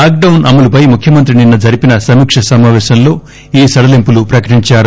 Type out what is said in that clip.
lockdown అమలుపై ముఖ్యమంత్రి నిన్న జరిపిన సమీక్ష సమాపేశంలో ఈ సడలింపులు ప్రకటించారు